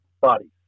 bodies